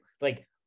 Like-